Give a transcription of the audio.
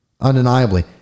Undeniably